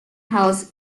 house